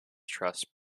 truss